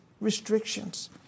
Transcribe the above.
restrictions